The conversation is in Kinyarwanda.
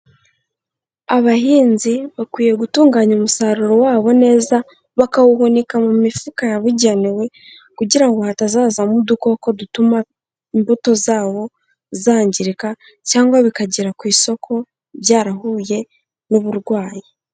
Abahinzi bakwiye gutunganya umusaruro wabo neza bakawuhunika mu mifuka yabugenewe, kugira ngo hatazazamo udukoko dutuma imbuto zawo zangirika cyangwa bikagera ku isoko byarahuye n'uburwayi.